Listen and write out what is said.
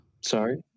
Sorry